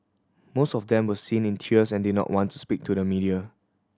most of them were seen in tears and did not want to speak to the media